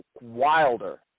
wilder